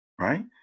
right